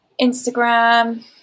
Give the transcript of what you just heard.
Instagram